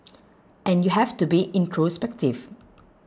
and you have to be introspective